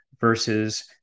versus